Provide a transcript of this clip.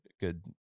good